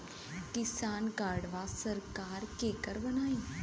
किसान कार्डवा सरकार केकर बनाई?